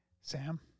Sam